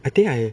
I think I